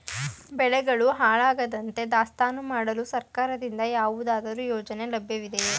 ಬೆಳೆಗಳು ಹಾಳಾಗದಂತೆ ದಾಸ್ತಾನು ಮಾಡಲು ಸರ್ಕಾರದಿಂದ ಯಾವುದಾದರು ಯೋಜನೆ ಲಭ್ಯವಿದೆಯೇ?